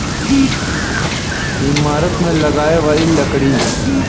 ईमारत मे लगाए वाली लकड़ी